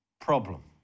problem